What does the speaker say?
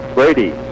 Brady